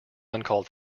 uncalled